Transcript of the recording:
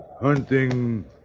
Hunting